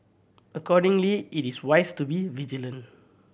accordingly it is wise to be vigilant